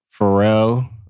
Pharrell